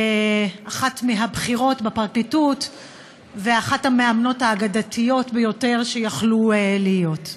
אחת מהבכירות בפרקליטות ואחת המאמנות האגדתיות ביותר שיכלו להיות.